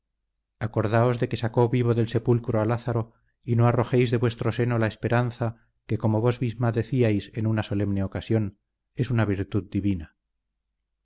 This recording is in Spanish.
acordaos de que sacó vivo del sepulcro a lázaro y no arrojéis de vuestro seno la esperanza que como vos misma decíais en una solemne ocasión es una virtud divina